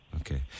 Okay